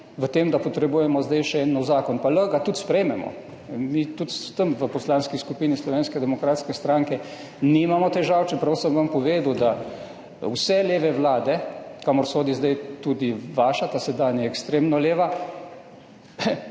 da potrebujemo zdaj še en nov zakon, pa lahko ga tudi sprejmemo, mi s tem v Poslanski skupini Slovenske demokratske stranke nimamo težav, čeprav sem vam povedal, da vse leve vlade, kamor sodi zdaj tudi vaša, ta sedanja ekstremno leva,